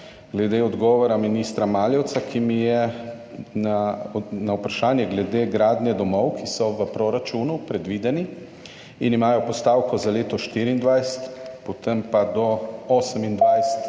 glede odgovora ministra Maljevca, ki mi je na vprašanje glede gradnje domov, ki so v proračunu predvideni in imajo postavko za leto 2024, potem pa do 2028